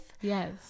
Yes